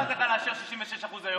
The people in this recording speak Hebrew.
אז על מה החלטת לאשר 66% היום?